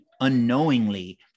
Unknowingly